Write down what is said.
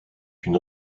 une